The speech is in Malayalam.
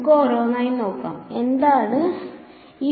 നമുക്ക് ഓരോന്നായി നോക്കാം എന്താണ് ഇയാൾ